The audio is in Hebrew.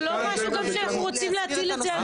זה לא משהו גם שאנחנו רוצים להטיל את זה על החיילים.